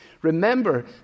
Remember